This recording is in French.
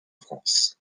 france